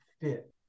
fit